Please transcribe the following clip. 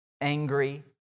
angry